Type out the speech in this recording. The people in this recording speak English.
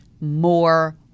more